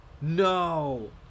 No